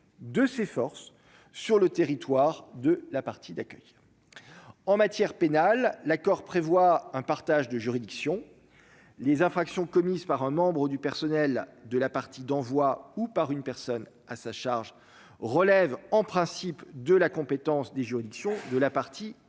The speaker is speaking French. de ses forces sur le territoire de la partie d'accueil en matière pénale, l'accord prévoit un partage de juridiction les infractions commises par un membre du personnel de la partie d'envoi ou par une personne à sa charge relève en principe de la compétence des juridictions de la partie d'accueil